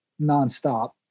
nonstop